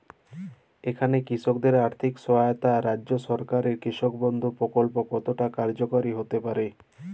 এখানে কৃষকদের আর্থিক সহায়তায় রাজ্য সরকারের কৃষক বন্ধু প্রক্ল্প কতটা কার্যকরী হতে পারে?